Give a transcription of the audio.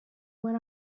went